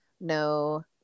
no